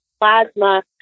plasma